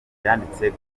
yanditse